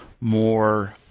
more